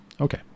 Okay